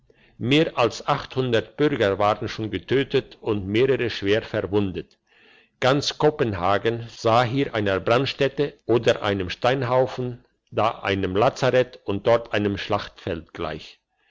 mehr als bürger waren schon getötet und mehrere schwer verwundet ganz kopenhagen sah hier einer brandstätte oder einem steinhaufen da einem lazarett und dort einem schlachtfeld gleich